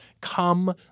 come